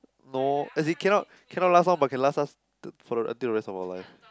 no as in cannot cannot last long but can last us till for until the rest of our life